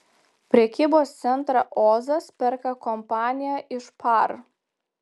prekybos centrą ozas perka kompanija iš par